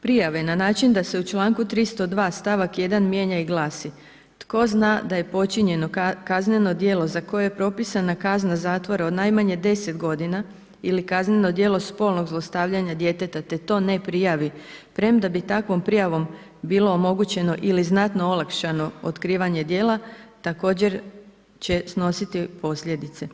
prijave na način da se u čl. 302., st. 1. mijenja i glasi: tko zna da je počinjeno kazneno djelo za koje je propisana kazna zatvora od najmanje 10 godina ili kazneno djelo spolnog zlostavljanja djeteta, te to ne prijavi, premda bi takvom prijavom bilo omogućeno ili znatno olakšano otkrivanje djela, također će snositi posljedice.